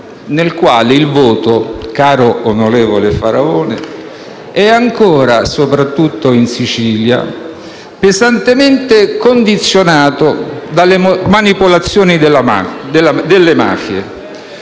nel quale il voto, caro onorevole Faraone, è ancora, soprattutto in Sicilia, pesantemente condizionato dalle manipolazioni delle mafie.